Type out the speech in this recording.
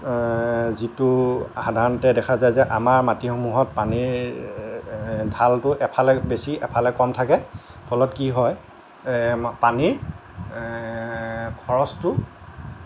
যিটো সাধাৰণতে দেখা যায় যে আমাৰ মাটিসমূহত পানীৰ ঢালটো এফালে বেছি এফালে কম থাকে ফলত কি হয় পানীৰ খৰচটো